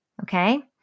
okay